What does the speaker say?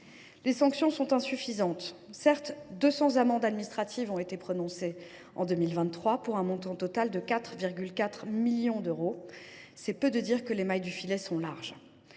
les sanctions sont insuffisantes. Certes, 200 amendes administratives ont été prononcées l’année dernière pour un montant total de 4,4 millions d’euros, mais les mailles du filet sont larges…